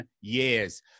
years